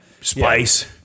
spice